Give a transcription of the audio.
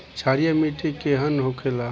क्षारीय मिट्टी केहन होखेला?